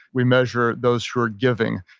we measure those who are giving.